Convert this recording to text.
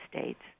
States